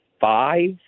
five